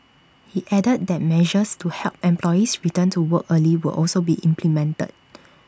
he added that measures to help employees return to work earlier will also be implemented